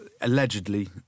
Allegedly